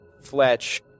Fletch